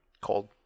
Cold